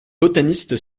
botaniste